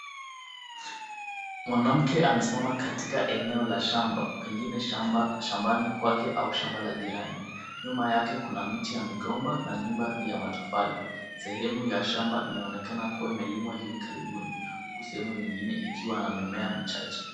Mwanamke amesimama katika eneo la shamba, pengine shambani kwake au shamba la jirani. Nyuma yake kuna miti ya migomba na nyumba ya matofali. Sehemu ya shamba inaonekana kuwa imelimwa hivi karibuni huku sehemu nyingine ikiwa na mimea michache.